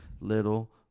little